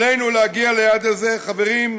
עלינו להגיע היעד הזה, חברים,